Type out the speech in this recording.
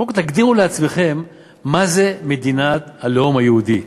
קודם כול תגדירו לעצמכם מה זה מדינת הלאום היהודי,